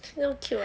so cute ah